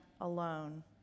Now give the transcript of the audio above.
alone